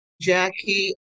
Jackie